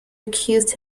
accused